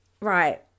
right